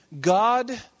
God